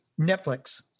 Netflix